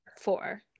four